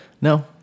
No